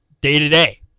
day-to-day